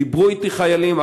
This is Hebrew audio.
דיברו אתי חיילים,